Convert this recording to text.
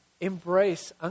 embrace